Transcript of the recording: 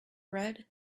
red